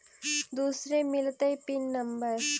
दुसरे मिलतै pin number?